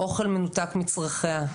אוכל מנותק מצרכיה,